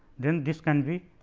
then this can be